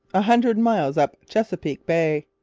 a hundred miles up chesapeake bay.